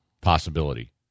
possibility